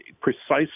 precisely